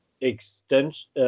Extension